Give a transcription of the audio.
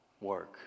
work